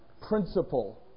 principle